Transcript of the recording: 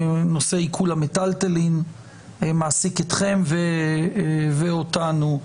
נושא עיקול המיטלטלין מעסיק אתכם ואותנו,